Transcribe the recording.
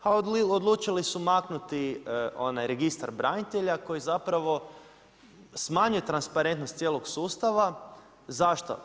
A odlučili su maknuti onaj Registar branitelja koji zapravo smanjuje transparentnost cijelog sustava, zašto?